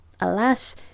Alas